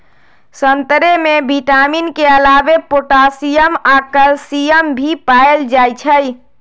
संतरे में विटामिन के अलावे पोटासियम आ कैल्सियम भी पाएल जाई छई